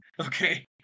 Okay